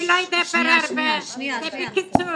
אני לא אדבר הרבה, בקיצור.